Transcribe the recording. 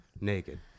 naked